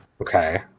Okay